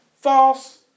False